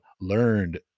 learned